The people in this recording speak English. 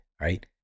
right